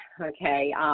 okay